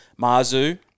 Mazu